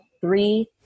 three